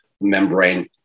membrane